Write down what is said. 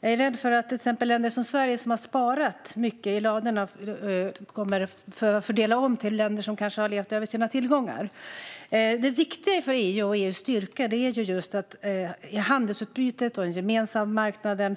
Jag är rädd för att länder som till exempel Sverige, som har sparat mycket i ladorna, kommer att behöva fördela om till länder som kanske har levt över sina tillgångar. EU:s styrka är just handelsutbytet och den gemensamma marknaden.